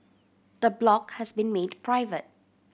the blog has been made private